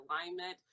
alignment